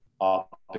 up